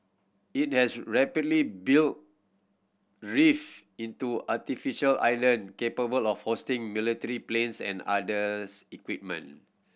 it has rapidly built reef into artificial island capable of hosting military planes and others equipment